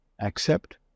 accept